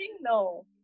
No